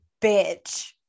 bitch